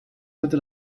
heute